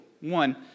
One